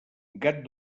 gat